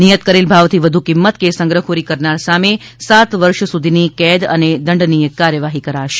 નિયત કરેલ ભાવથી વધુ કિંમત કે સંગ્રહખોરી કરનાર સામે સાત વર્ષ સુધીની કેદ અને દંડનીય કાર્યવાહી કરાશે